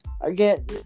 again